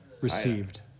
received